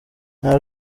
nta